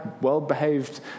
well-behaved